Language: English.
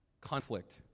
conflict